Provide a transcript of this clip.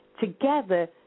together